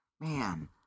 man